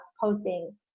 posting